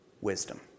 wisdom